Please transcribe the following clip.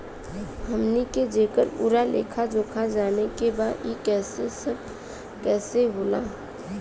हमनी के जेकर पूरा लेखा जोखा जाने के बा की ई सब कैसे होला?